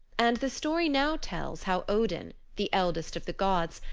and the story now tells how odin, the eldest of the gods,